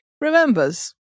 remembers